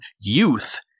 youth